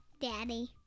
Daddy